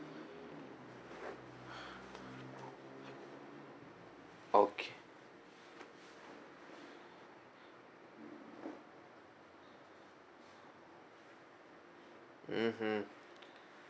okay mm hmm